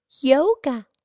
yoga